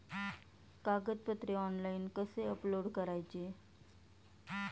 कागदपत्रे ऑनलाइन कसे अपलोड करायचे?